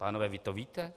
Pánové, vy to víte?